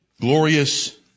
glorious